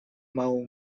małą